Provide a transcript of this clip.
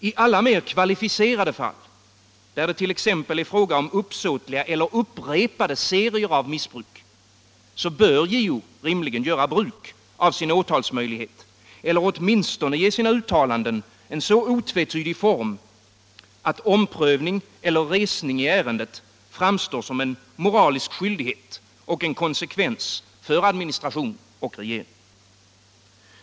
I alla mer kvalificerade fall — där det t.ex. är fråga om uppsåtliga eller upprepade serier av missbruk — bör JO rimligen göra bruk av sin åtalsmöjlighet eller åtminstone ge sina uttalanden en så otvetydig form, att omprövning eller resning i ärendet framstår som en moralisk skyldighet och konsekvens för administration och regering.